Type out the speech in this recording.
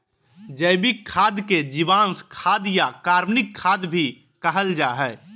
जैविक खाद के जीवांश खाद या कार्बनिक खाद भी कहल जा हइ